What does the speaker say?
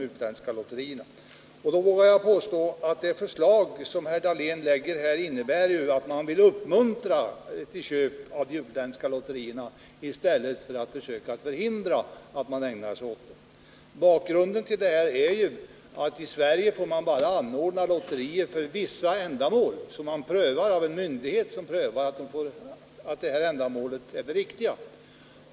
Jag vågar påstå att det förslag herr Dahlén lägger fram innebär att man vill uppmuntra till köp i utländskt lotteri i stället för att förhindra detta. Bakgrunden är ju att man i Sverige bara får anordna lotterier för vissa ändamål, och en myndighet prövar om ändamålet är riktigt.